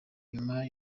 nyuma